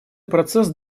процесс